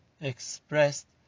expressed